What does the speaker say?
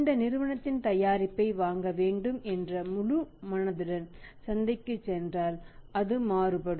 இந்த நிறுவனத்தின் தயாரிப்பை வாங்க வேண்டும் என்ற முழு மனதுடன் சந்தைக்குச் சென்றால் அது மாறுபடும்